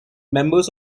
members